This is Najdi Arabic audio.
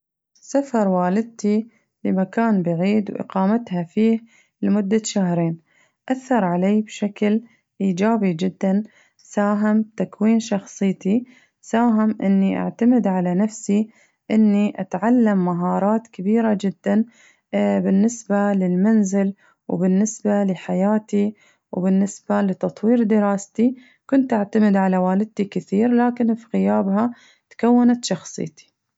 سفر والدتي لمكان بعيد وإقامتها فيه لمدة شهرين أثر علي بشكل إيجابي جداً ساهم بتكوين شخصيتي ساهم إني أعتمد على نفسي إني أتعلم مهارات كبيرة جداً بالنسبة للمنزل وبالنسبة لحياتي وبالنسبة لتطوير دراستي كنت أعتمد على والدتي كثير لكن في غيابها تكونت شخصيتي.